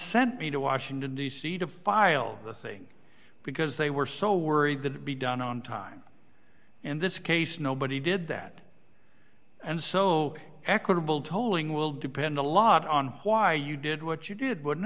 sent me to washington d c to file the thing because they were so worried that i'd be done on time in this case nobody did that and so equitable tolling will depend a lot on why you did what you did